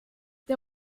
der